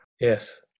Yes